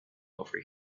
over